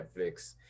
Netflix